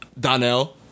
Donnell